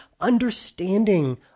understanding